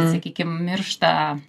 sakykim miršta